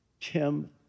Tim